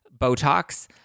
Botox